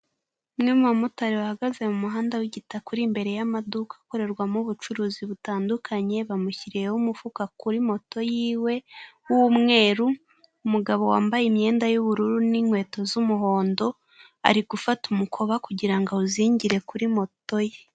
Umwe mu bamotari bahagaze mu muhanda w'igitaka, uri imbere y'amaduka akorerwamo ubucuruzi butandukanye, bamushyiriyeho umufuka kuri moto yiwe w'umweru, umugabo wambaye imyenda y'ubururu n'inkweto z'umuhondo, ari gufata umukoba kugira ngo awuzingire kuri moto ye.